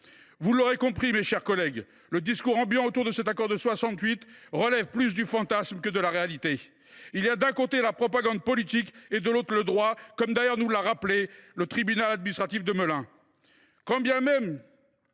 Vous l’aurez compris, mes chers collègues, le discours ambiant autour de cet accord de 1968 relève plus du fantasme que de la réalité. Il y a, d’un côté, la propagande politique et, de l’autre, le droit, comme l’a d’ailleurs rappelé le tribunal administratif de Melun.